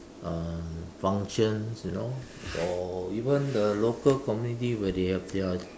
um functions you know or even the local community where they have their